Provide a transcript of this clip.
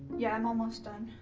yeah, i'm almost done.